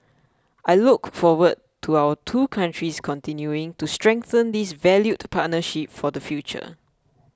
I look forward to our two countries continuing to strengthen this valued partnership for the future